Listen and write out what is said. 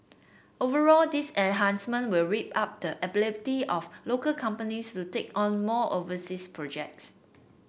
overall these enhancements will ramp up the ability of local companies to take on more overseas projects